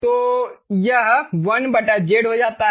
तो यह 1 z हो जाता है